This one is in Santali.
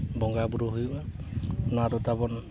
ᱵᱚᱸᱜᱟᱼᱵᱩᱨᱩ ᱦᱩᱭᱩᱜᱼᱟ ᱚᱱᱟᱫᱚ ᱛᱟᱵᱚᱱ